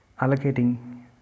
Allocating